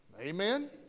Amen